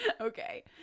Okay